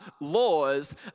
laws